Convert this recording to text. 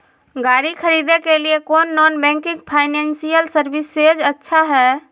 गाड़ी खरीदे के लिए कौन नॉन बैंकिंग फाइनेंशियल सर्विसेज अच्छा है?